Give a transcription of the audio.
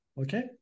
Okay